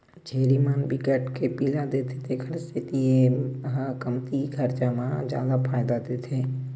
छेरी मन बिकट के पिला देथे तेखर सेती ए ह कमती खरचा म जादा फायदा देथे